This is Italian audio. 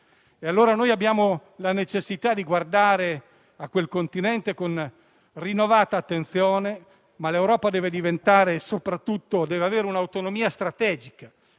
abbiamo pertanto la necessità di guardare a quel continente con rinnovata attenzione e l'Europa deve acquisire un'autonomia strategica,